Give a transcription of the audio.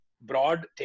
broad